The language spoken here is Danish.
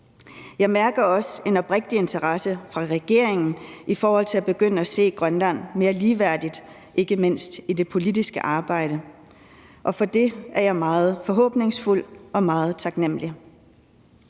Jeg mærker også en oprigtig interesse fra regeringen i forhold til at begynde at se Grønland mere ligeværdigt, ikke mindst i det politiske arbejde, og det er jeg meget forhåbningsfuld og meget taknemmelig